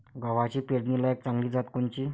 गव्हाची पेरनीलायक चांगली जात कोनची?